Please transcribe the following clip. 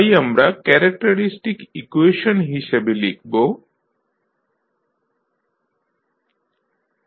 তাই আমরা characteristic equation হিসাবে লিখব snan 1sn 1a1sa00